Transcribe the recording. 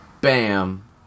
bam